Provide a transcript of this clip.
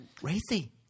Racy